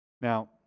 Now